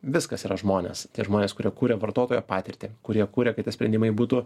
viskas yra žmonės tie žmonės kurie kuria vartotojo patirtį kurie kuria kad tie sprendimai būtų